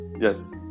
yes